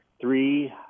three